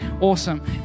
awesome